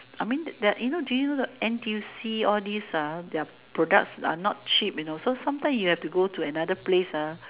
I mean the that you know do you the N_T_U_C all these ah their products are not cheap you know so sometimes you have to go to another place ah